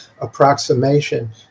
approximation